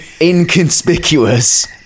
Inconspicuous